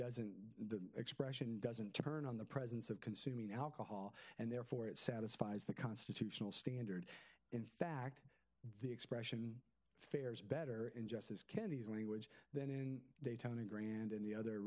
doesn't the expression doesn't turn on the presence of consuming alcohol and therefore it satisfies the constitutional standard in fact the expression fares better in justice kennedy's when he was then in daytona grande and the other